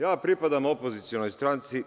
Ja pripadam opozicionoj stranci.